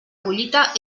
collita